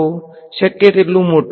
વિદ્યાર્થી શક્ય તેટલું મોટું